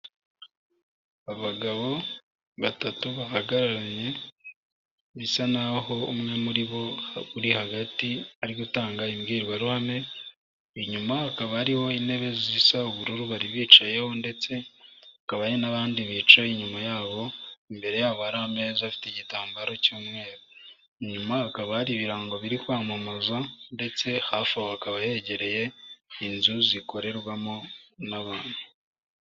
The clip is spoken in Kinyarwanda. Abagabo batatu bahagararanye bisa naho umwe muri bo uri hagati ari gutanga imbwirwaruhame, inyuma hakaba hariho intebe zisa ubururu bari bicayeho ndetse hakaba n'abandi bicaye inyuma yabo. Imbere yabo hari ameza afite igitambaro cy'umweru. Inyuma hakaba hari ibirango biri kwamamaza ndetse hafi aho hakaba hegereye inzu zikorerwamo n'abantu.